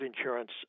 insurance